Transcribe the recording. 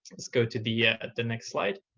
let's go to the yeah the next slide.